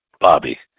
Bobby